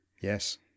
Yes